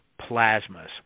plasmas